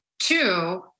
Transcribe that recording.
Two